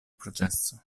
processo